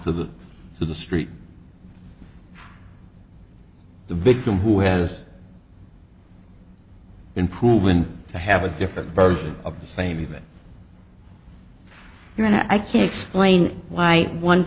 to the to the street the victim who has been proven to have a different version of the same event you and i can explain why one